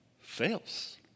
fails